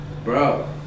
Bro